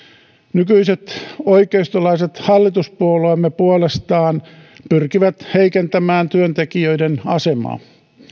nykyiset oikeistolaiset hallituspuolueemme puolestaan pyrkivät heikentämään työntekijöiden asemaa